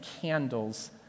candles